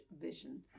vision